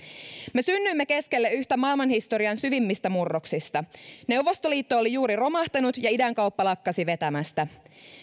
me synnyimme keskelle yhtä maailmanhistorian syvimmistä murroksista neuvostoliitto oli juuri romahtanut ja idänkauppa lakkasi vetämästä